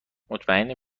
مطمیئنم